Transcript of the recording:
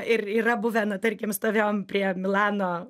ir yra buvę nu tarkim stovėjom prie milano